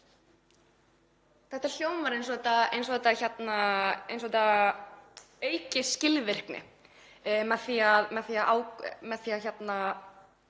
Þetta hljómar eins og þetta auki skilvirkni með því að